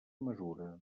mesura